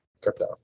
crypto